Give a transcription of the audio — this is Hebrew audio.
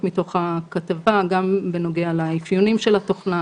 מתוך הכתבה גם בנוגע לאפיונים של התוכנה,